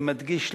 אני מדגיש,